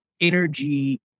Energy